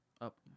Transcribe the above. up